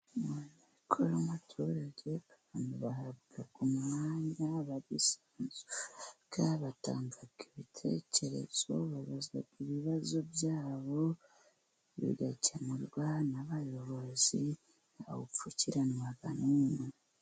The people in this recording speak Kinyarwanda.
Mu nteko y'abaturage, abantu bahabwa umwanya batanga ibitekerezo, babaza ibibazo byabo bigakemurwa n'abayobozi, nta we upfukiranwa n'umwe.